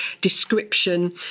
description